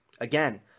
Again